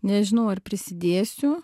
nežinau ar prisidėsiu